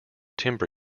timber